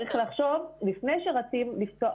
וצריך לחשוב לפני שרצים,